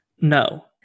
No